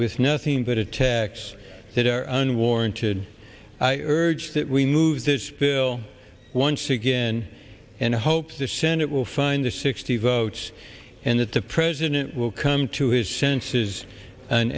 with nothing but attacks that are unwarranted urge that we move this bill once again and hope the senate will find the sixty votes and that the president will come to his senses an